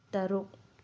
ꯇꯔꯨꯛ